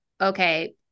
okay